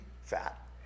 fat